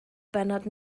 bennod